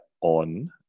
on